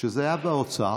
כשזה היה באוצר,